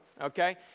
Okay